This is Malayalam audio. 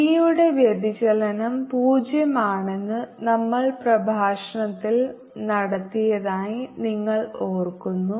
ബി യുടെ വ്യതിചലനം പൂജ്യമാണെന്ന് നമ്മൾ പ്രഭാഷണത്തിൽ നടത്തിയതായി നിങ്ങൾ ഓർക്കുന്നു